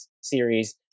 series